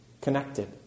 connected